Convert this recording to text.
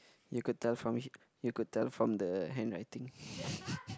you could tell from he you could tell from the handwriting